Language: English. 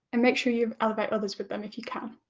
and make sure you elevate others with them if you can.